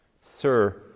sir